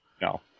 No